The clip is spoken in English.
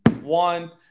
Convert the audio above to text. One